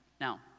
now